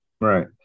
right